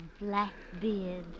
Blackbeard